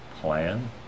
plan